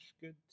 good